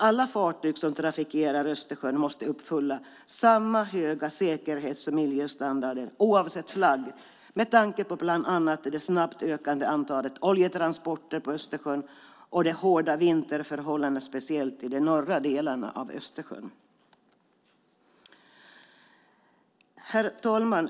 Alla fartyg som trafikerar Östersjön måste uppfylla samma höga säkerhets och miljöstandarder, oavsett flagg, med tanke på bland annat det snabbt ökande antalet oljetransporter på Östersjön och de hårda vinterförhållandena speciellt i de norra delarna av Östersjön. Herr talman!